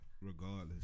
regardless